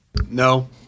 No